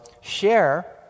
share